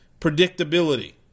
predictability